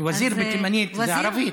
אל-וזיר בתימנית, זה ערבית.